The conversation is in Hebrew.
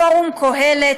לפורום קהלת,